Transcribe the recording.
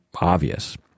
obvious